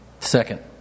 Second